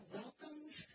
welcomes